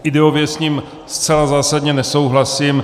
Ideově s ním zcela zásadně nesouhlasím.